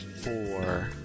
four